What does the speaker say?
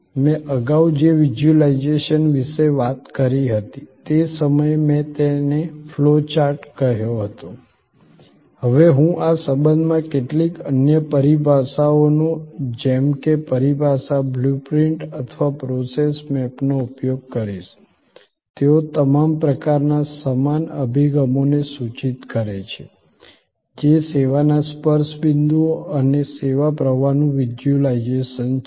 મેં અગાઉ જે વિઝ્યુલાઇઝેશન વિશે વાત કરી હતી તે સમયે મેં તેને ફ્લો ચાર્ટ કહ્યો હતો હવે હું આ સંબંધમાં કેટલીક અન્ય પરિભાષાઓનો જેમ કે પરિભાષા બ્લુ પ્રિન્ટ અથવા પ્રોસેસ મેપનો ઉપયોગ કરીશ તેઓ તમામ પ્રકારના સમાન અભિગમને સૂચિત કરે છે જે સેવાના સ્પર્શ બિંદુઓ અને સેવા પ્રવાહનું વિઝ્યુલાઇઝેશન છે